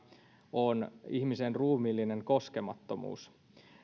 on ihmisen ruumiillinen koskemattomuus